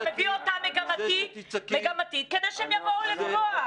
אתה מביא אותם מגמתי כדי שהם יבואו --- לא יעזור לך זה שתצעקי.